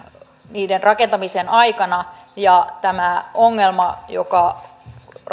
niiden rakentamisen aikana tämä ongelma joka